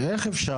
איך אפשר?